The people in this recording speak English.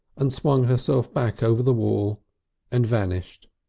and swung herself back over the wall and vanished.